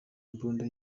imbunda